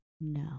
no